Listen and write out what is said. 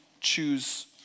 choose